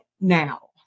now